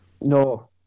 No